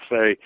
say